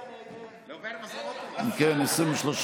אחמד טיבי לסגן יושב-ראש הכנסת נתקבלה.